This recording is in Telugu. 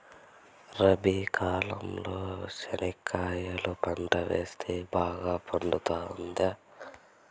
రబి కాలంలో చెనక్కాయలు పంట వేస్తే బాగా పండుతుందా?